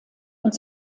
und